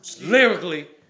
lyrically